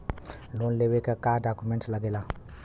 Loan लेवे के का डॉक्यूमेंट लागेला?